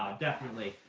definitely.